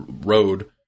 road